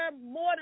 more